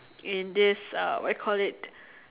in this uh what you call it